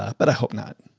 ah but i hope not.